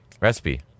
recipe